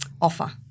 offer